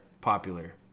popular